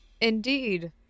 Indeed